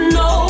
no